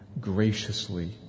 graciously